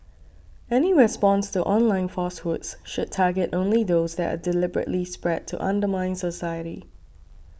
any response to online falsehoods should target only those that are deliberately spread to undermine society